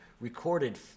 recorded